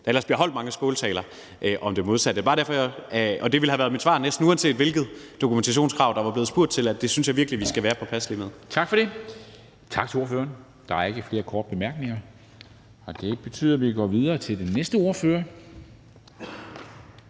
der ellers bliver holdt mange skåltaler om det modsatte. Og det ville have været mit svar, næsten uanset hvilket dokumentationskrav der var blevet spurgt til: at det synes jeg virkelig vi skal være påpasselige med. Kl. 15:53 Formanden (Henrik Dam Kristensen): Tak til ordføreren. Der er ikke flere korte bemærkninger. Det betyder, at vi går videre til den næste ordfører,